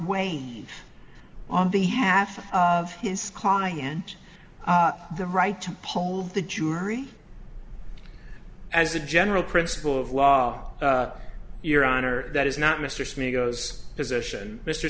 wait on the half of his client the right to hold the jury as a general principle of law your honor that is not mr smith goes position mr